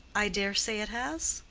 i dare say it has.